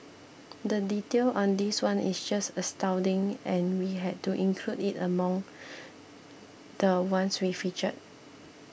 the detail on this one is just astounding and we had to include it among the ones we featured